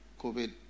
COVID